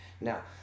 Now